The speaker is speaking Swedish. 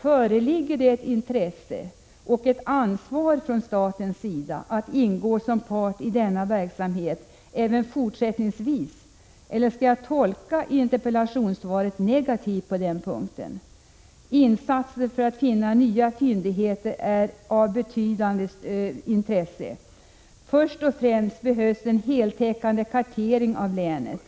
Föreligger det ett intresse och ett ansvar från statens sida att ingå som part i denna verksamhet även fortsättningsvis, eller skall jag tolka interpellationssvaret negativt på den punkten? Insatser för att finna nya fyndigheter är av betydande intresse. Först och främst behövs en heltäckande kartering av länet.